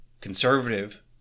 conservative